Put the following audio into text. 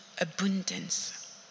abundance